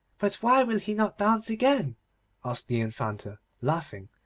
but why will he not dance again asked the infanta, laughing.